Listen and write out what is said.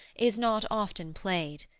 is not often played.